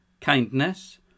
kindness